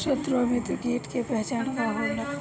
सत्रु व मित्र कीट के पहचान का होला?